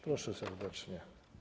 Proszę serdecznie.